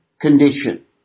condition